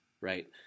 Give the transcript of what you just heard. right